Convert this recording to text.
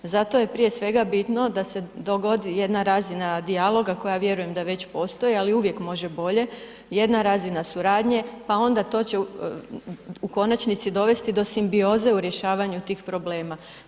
Zato je prije svega bitno da se dogodi jedna razina dijaloga koja vjerujem da već postoji, ali uvijek može bolje, jedna razina suradnje, pa onda to će u konačnici dovesti do simbioze u rješavanju tih problema.